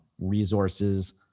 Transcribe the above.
Resources